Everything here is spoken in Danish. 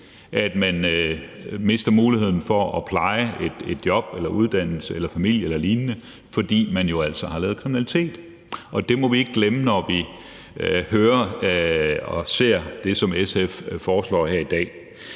at man mister muligheden for at pleje et job eller en uddannelse eller familie eller lignende, fordi man jo altså har lavet kriminalitet. Det må vi ikke glemme, når vi hører og ser det, som SF foreslår her i dag.